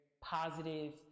positive